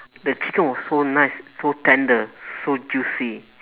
the chicken was so nice so tender so juicy